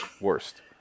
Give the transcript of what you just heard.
Worst